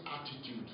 attitude